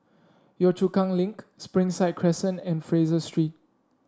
Yio Chu Kang Link Springside Crescent and Fraser Street